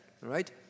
right